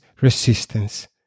resistance